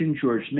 George